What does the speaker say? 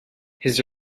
his